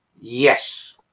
Yes